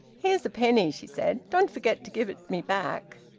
here's a penny, she said. don't forget to give it me back.